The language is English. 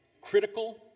critical